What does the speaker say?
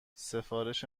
سفارش